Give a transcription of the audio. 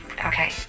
Okay